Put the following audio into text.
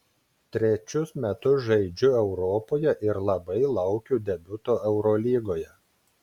trečius metus žaidžiu europoje ir labai laukiu debiuto eurolygoje